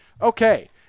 Okay